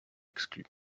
exclu